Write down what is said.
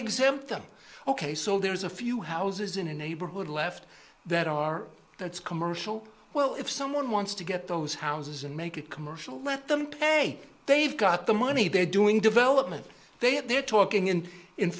exempt them ok so there's a few houses in a neighborhood left that are that's commercial well if someone wants to get those houses and make it commercial let them pay they've got the money they're doing development they have they're talking